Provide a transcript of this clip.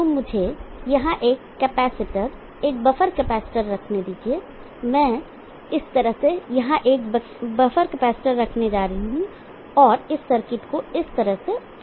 तो मुझे यहां एक कैपेसिटर एक बफर कैपेसिटर रखने दें मैं इस तरह से यहां एक बफर कैपेसिटर रखने जा रहा हूं और इस सर्किट को इस तरह से पूरा करूंगा